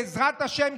בעזרת השם,